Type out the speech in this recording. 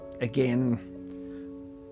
again